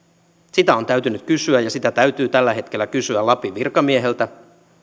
sitä on täytynyt kysyä ja sitä täytyy tällä hetkellä kysyä lapin virkamieheltä